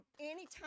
anytime